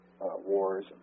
wars